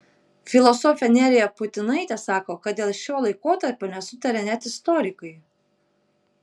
filosofė nerija putinaitė sako kad dėl šio laikotarpio nesutaria net istorikai